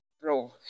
bro